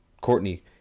Courtney